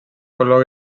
color